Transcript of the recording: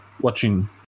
watching